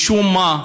משום מה,